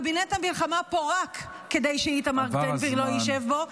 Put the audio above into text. קבינט המלחמה פורק כדי שאיתמר בן גביר לא ישב בו.